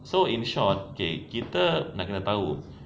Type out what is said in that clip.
so in short K kita nak kena tahu